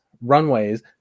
runways